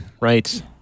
Right